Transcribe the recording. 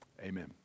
Amen